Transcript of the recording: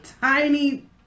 tiny